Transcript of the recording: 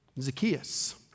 Zacchaeus